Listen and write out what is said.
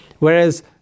Whereas